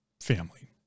family